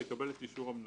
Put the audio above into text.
ויקבל את אישור המנהל.